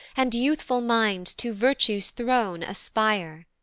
and youthful minds to virtue's throne aspire!